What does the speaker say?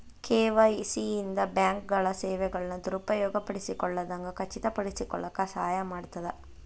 KYC ಇಂದ ಬ್ಯಾಂಕ್ಗಳ ಸೇವೆಗಳನ್ನ ದುರುಪಯೋಗ ಪಡಿಸಿಕೊಳ್ಳದಂಗ ಖಚಿತಪಡಿಸಿಕೊಳ್ಳಕ ಸಹಾಯ ಮಾಡ್ತದ